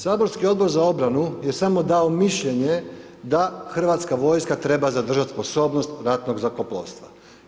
Saborski Odbor za obranu je samo dao mišljenje da Hrvatska vojska treba zadržat sposobnost ratnog zrakoplovstva.